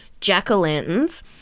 jack-o'-lanterns